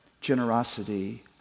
generosity